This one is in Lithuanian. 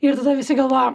ir tada visi galvoja